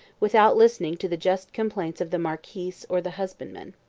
without listening to the just complaints of the marquis or the husbandman.